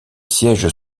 sièges